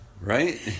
Right